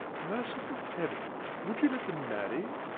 merciful heavens, would you let them marry!